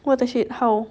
what the shit how